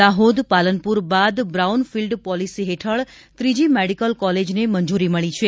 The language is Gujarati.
દાહોદ પાલનપુર બાદ બ્રાઉન ફિલ્ડ પોલિસી હેઠળ ત્રીજી મેડિકલ કોલેજને મંજૂરી મળી છે